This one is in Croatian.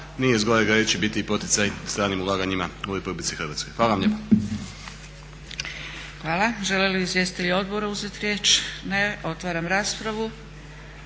nije zgorega reći biti i poticaj stranim ulaganjima u RH. Hvala vam lijepa. **Zgrebec, Dragica (SDP)** Hvala. Žele li izvjestitelji odbora uzeti riječ? Ne. Otvaram raspravu.